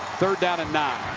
third down and nine.